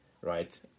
right